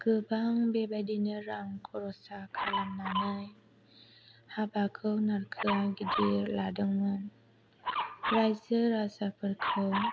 गोबां बेबादिनो रां खरसा खालामनानै हाबाखौ नारखोआ गिदिर लादोंमोन रायजो राजाफोरखौ